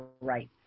right